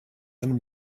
than